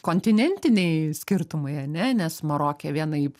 kontinentiniai skirtumai ane nes maroke vienaip